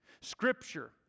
Scripture